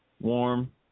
warm